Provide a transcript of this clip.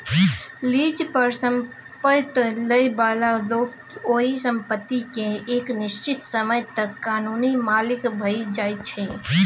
lease पर संपैत लइ बला लोक ओइ संपत्ति केँ एक निश्चित समय तक कानूनी मालिक भए जाइ छै